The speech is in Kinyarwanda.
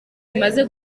imaze